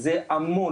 זה המון,